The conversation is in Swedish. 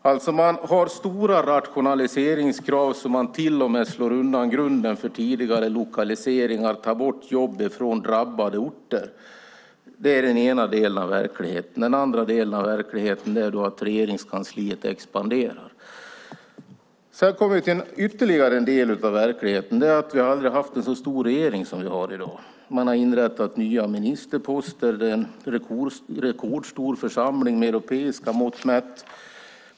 Man har alltså stora rationaliseringskrav så att man till och med slår undan grunden för tidigare lokaliseringar och tar bort jobb från drabbade orter. Det är den ena delen av verkligheten. Den andra delen av verkligheten är att Regeringskansliet expanderar. Sedan kommer vi till ytterligare en del av verkligheten. Det är att vi aldrig har haft en så stor regering som vi har i dag. Man har inrättat nya ministerposter. Det är en rekordstor församling med europeiska mått mätt.